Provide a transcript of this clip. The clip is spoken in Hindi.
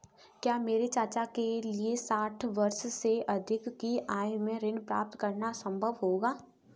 क्या मेरे चाचा के लिए साठ वर्ष से अधिक की आयु में ऋण प्राप्त करना संभव होगा?